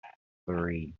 three